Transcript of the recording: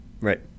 right